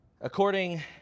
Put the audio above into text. According